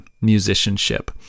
musicianship